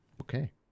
Okay